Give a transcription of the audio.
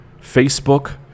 Facebook